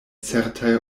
certaj